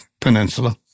Peninsula